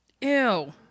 Ew